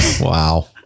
Wow